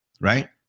Right